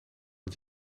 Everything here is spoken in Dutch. het